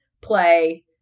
play